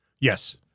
Yes